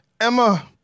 Emma